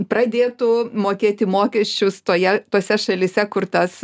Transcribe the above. pradėtų mokėti mokesčius toje tose šalyse kur tas